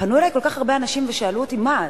פנו אלי כל כך הרבה אנשים ושאלו אותי: מה,